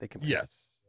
Yes